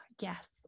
yes